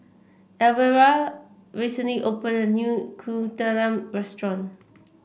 Elvira recently opened a new Kuih Talam restaurant